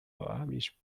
amish